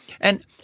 And-